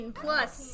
plus